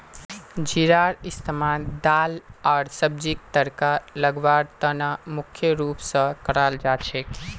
जीरार इस्तमाल दाल आर सब्जीक तड़का लगव्वार त न मुख्य रूप स कराल जा छेक